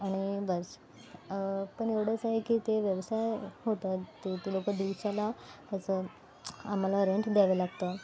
आणि बस पण एवढंच आहे की ते व्यवसाय होतं ती लोक दिवसाला याचं आम्हाला रेंट द्यावं लागतं